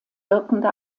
wirkende